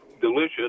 delicious